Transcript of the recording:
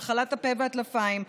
מחלת הפה והטלפיים,